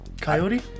Coyote